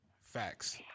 Facts